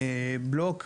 משק בית ממוצע